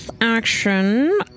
action